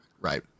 Right